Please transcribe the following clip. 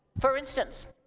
for instance,